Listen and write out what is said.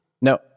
No